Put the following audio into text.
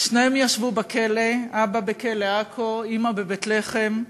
שניהם ישבו בכלא, אבא בכלא עכו, אימא בבית-לחם.